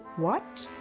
what?